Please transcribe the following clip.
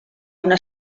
una